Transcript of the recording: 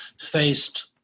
faced